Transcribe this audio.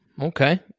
Okay